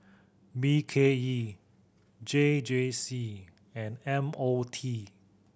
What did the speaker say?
B K E J J C and M O T